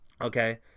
Okay